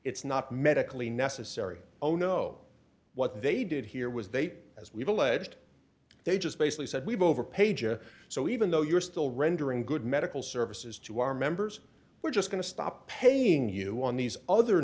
it's not medically necessary oh no what they did here was they as we've alleged they just basically said we've over pages so even though you're still rendering good medical services to our members we're just going to stop paying you on these other